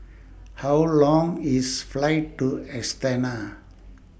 How Long IS Flight to Astana